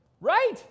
right